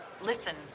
listen